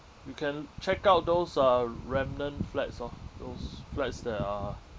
you can check out those uh r~ remnant flats lor those flats that are